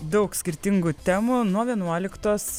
daug skirtingų temų nuo vienuoliktos